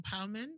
empowerment